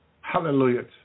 Hallelujah